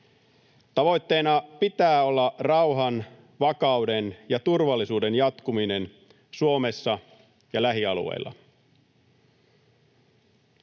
Tavoitteena pitää olla rauhan, vakauden ja turvallisuuden jatkuminen Suomessa ja lähialueilla.